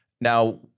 Now